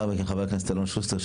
לאחר מכן חבר הכנסת אלון שוסטר,